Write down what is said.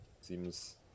seems